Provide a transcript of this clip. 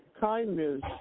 kindness